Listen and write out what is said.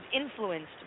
Influenced